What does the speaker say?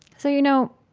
so, you know,